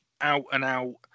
out-and-out